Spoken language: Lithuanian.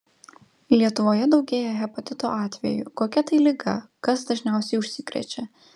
lietuvoje daugėja hepatito atvejų kokia tai liga kas dažniausiai užsikrečia